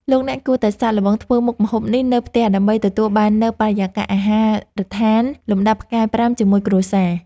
លោកអ្នកគួរតែសាកល្បងធ្វើមុខម្ហូបនេះនៅផ្ទះដើម្បីទទួលបាននូវបរិយាកាសអាហារដ្ឋានលំដាប់ផ្កាយប្រាំជាមួយគ្រួសារ។